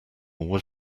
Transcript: was